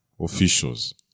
officials